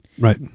Right